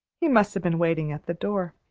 he must have been waiting at the door.